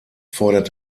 fordert